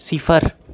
सिफर